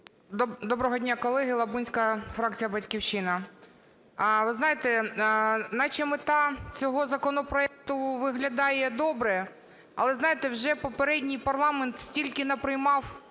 Доброго дня, колеги, Лабунська, фракція "Батьківщина". Ви знаєте, наче мета цього законопроекту виглядає добре, але, знаєте, вже попередній парламент стільки наприймав